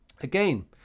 Again